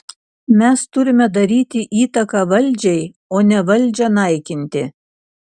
mes turime daryti įtaką valdžiai o ne valdžią naikinti